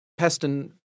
Peston